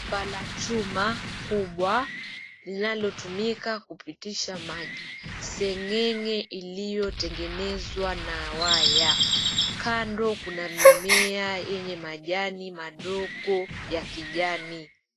Bomba la chuma kubwa linalotumika kupitisha maji. Seng'eng'e iliyotengenezwa na waya. Kando kuna mimea yenye majani madogo ya kijani.